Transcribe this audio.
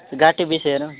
ଘାଟି ବିଷୟର